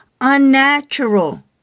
unnatural